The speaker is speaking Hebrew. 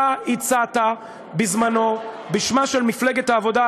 אתה הצעת בזמנו בשמה של מפלגת העבודה,